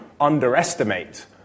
underestimate